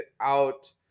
out